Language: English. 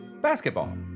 basketball